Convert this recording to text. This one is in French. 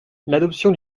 l’adoption